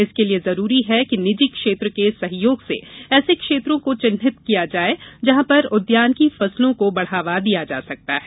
इसके लिए जरूरी है कि निजी क्षेत्र के सहयोग से ऐसे क्षेत्रों को चिन्हित करें जहाँ पर उद्यानिकी फसलों को बढ़ावा दिया जा सकता है